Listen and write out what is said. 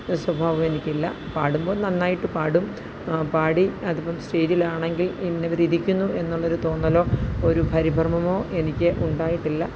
സ്വഭാവം എനിക്കില്ല പാടുമ്പോൾ നന്നായിട്ട് പാടും പാടി അത് ഇപ്പം സ്റ്റേജിലാണെങ്കിൽ ഇന്നവർ ഇരിക്കുന്നു എന്ന ഒരു തോന്നലോ ഒരു പരിഭ്രമമോ എനിക്ക് ഉണ്ടായിട്ടില്ല